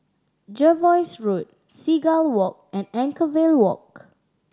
Jervois Road Seagull Walk and Anchorvale Walk